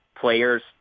players